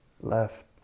left